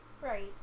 Right